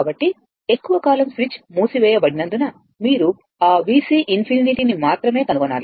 కాబట్టి ఎక్కువ కాలం స్విచ్ మూసివేయబడినందున మీరు ఆ VC∞ ని మాత్రమే కనుగొనాలి